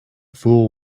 fool